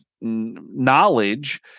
knowledge